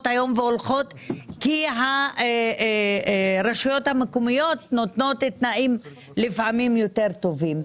היום והולכות כי הרשויות המקומיות נותנות תנאים לפעמים יותר טובים.